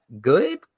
good